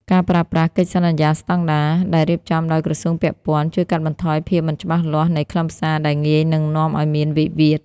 ការប្រើប្រាស់ "កិច្ចសន្យាស្ដង់ដារ" ដែលរៀបចំដោយក្រសួងពាក់ព័ន្ធ ជួយកាត់បន្ថយភាពមិនច្បាស់លាស់នៃខ្លឹមសារដែលងាយនឹងនាំឱ្យមានវិវាទ។